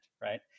right